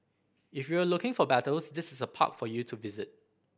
if you're looking for battles this is the park for you to visit